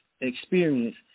experience